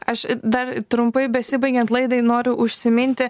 aš dar trumpai besibaigiant laidai noriu užsiminti